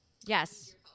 Yes